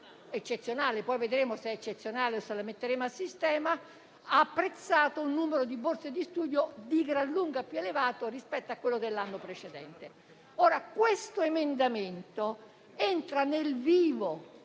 eccezionale (poi vedremo se è una misura eccezionale o se la metteremo a sistema), ha apprezzato un numero di borse di studio di gran lunga più elevato rispetto a quello dell'anno precedente. Ora, questo emendamento entra nel vivo